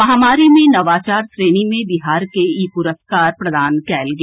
महामारी मे नवाचार श्रेणी मे बिहार के ई पुरस्कार प्रदान कयल गेल